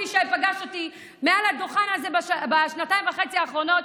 מי שפגש אותי מעל הדוכן הזה בשנתיים וחצי האחרונות,